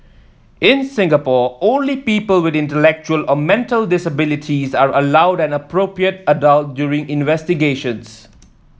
in Singapore only people with intellectual or mental disabilities are allowed an appropriate adult during investigations